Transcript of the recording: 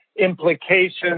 implications